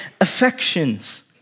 affections